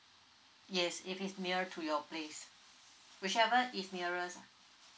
yes if it's nearer to your place whichever is nearest lah